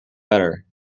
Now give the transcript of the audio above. better